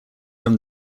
from